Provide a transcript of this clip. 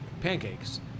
pancakes